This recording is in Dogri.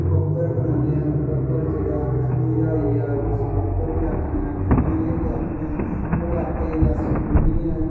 बबर बनाने आं बबर जेह्ड़ा खमीरा होईया उस्सी बब्बर बी आखने आं खमीरे बी आखने आं ओ आट्टे अस गुन्नियै